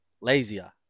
lazier